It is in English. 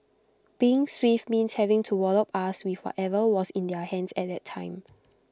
being swift means having to wallop us with whatever was in their hands at the time